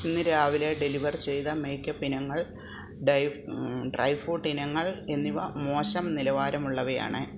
ഇന്ന് രാവിലെ ഡെലിവർ ചെയ്ത മേക്കപ്പ് ഇനങ്ങൾ ഡ്രൈ ഫ്രൂട്ട് ഇനങ്ങൾ എന്നിവ മോശം നിലവാരമുള്ളവയാണ്